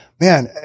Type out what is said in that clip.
Man